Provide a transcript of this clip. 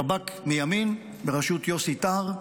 שב"כ מימין בראשות יוסי טהר,